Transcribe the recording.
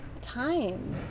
time